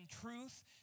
truth